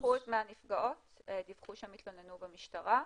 5% מהנפגעות דיווחו שהן התלוננו במשטרה.